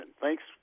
Thanks